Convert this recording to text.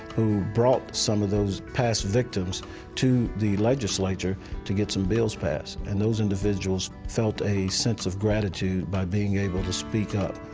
who brought some of those past victims to the legislature to get some bills passed. and those individuals felt a sense of gratitude by being able to speak up,